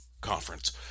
conference